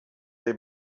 dei